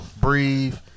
breathe